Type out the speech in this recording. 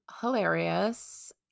hilarious